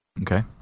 Okay